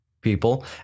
people